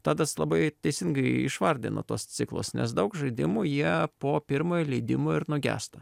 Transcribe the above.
tadas labai teisingai išvardino tuos ciklus nes daug žaidimų jie po pirmojo leidimo ir nugęsta